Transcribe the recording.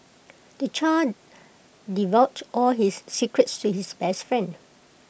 the child divulged all his secrets to his best friend